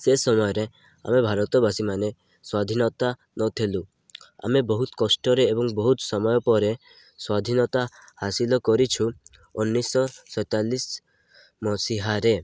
ସେ ସମୟରେ ଆମେ ଭାରତବାସୀମାନେ ସ୍ଵାଧୀନତା ନଥିଲୁ ଆମେ ବହୁତ କଷ୍ଟରେ ଏବଂ ବହୁତ ସମୟ ପରେ ସ୍ଵାଧୀନତା ହାସିଲ କରିଛୁ ଉଣେଇଶ ଶହ ସତଚାଳିଶ ମସିହାରେ